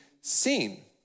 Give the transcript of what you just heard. seen